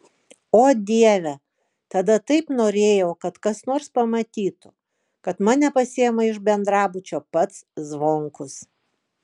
o dieve tada taip norėjau kad kas nors pamatytų kad mane pasiima iš bendrabučio pats zvonkus